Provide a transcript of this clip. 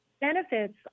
benefits